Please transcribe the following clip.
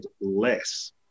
less